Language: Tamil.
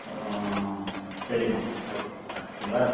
ஓ சரிம்மா ஓகே வச்சிர்ட்டுங்ளா